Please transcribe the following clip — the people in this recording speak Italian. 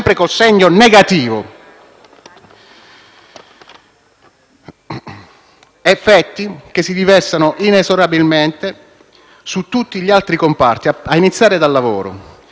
Si tratta di effetti, che si riversano inesorabilmente su tutti gli altri comparti, a iniziare dal lavoro,